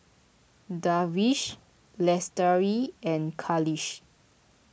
Darwish Lestari and Khalish